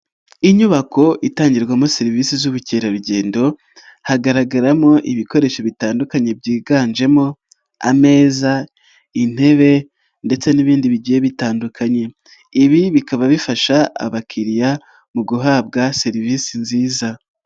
Inyubako itangirwamo serivisi z'ubukerarugendo hagaragaramo ibikoresho bitandukanye byiganjemo ameza, intebe ndetse n'ibindi bigiye bitandukanye. Ibi bikaba bifasha abakiriya mu guhabwa serivisi nziza.